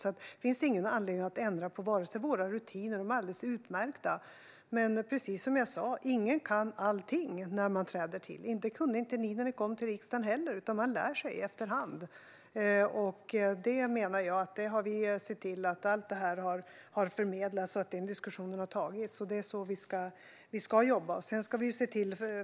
Det finns ingen anledning att ändra våra rutiner; de är alldeles utmärkta. Men som jag sa är det ingen nytillträdd som kan allting. Det kunde inte ni heller när ni kom till riksdagen, utan man lär sig efter hand. Jag menar att allt detta har förmedlats och att den diskussionen har tagits, och det är så vi ska jobba.